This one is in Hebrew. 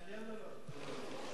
היה מעניין וגם תרבותי.